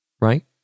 right